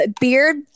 beard